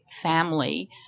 family